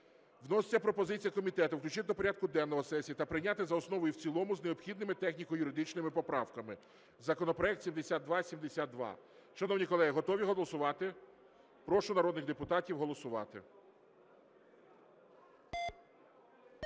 Вноситься пропозиція комітету включити до порядку денного сесії та прийняти за основу і в цілому з необхідними техніко-юридичними поправками законопроект 7272. Шановні колеги, готові голосувати? Прошу народних депутатів голосувати.